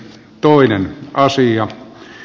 toinen asia